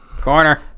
Corner